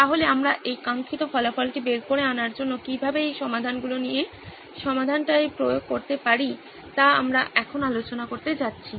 তাহলে আমরা এই কাঙ্ক্ষিত ফলাফলটি বের করে আনার জন্য কিভাবে এই সমাধানগুলি নিয়ে সমাধানটি প্রয়োগ করতে পারি তা আমরা এখন আলোচনা করতে যাচ্ছি